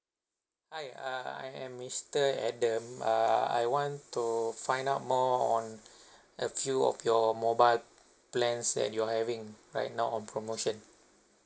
hi err I am mister adam err I want to find out more on a few of your mobile plans that you're having right now on promotion